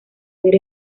ver